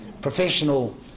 professional